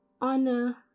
honor